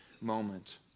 moment